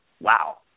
Wow